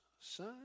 son